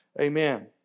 Amen